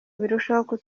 birusheho